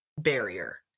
barrier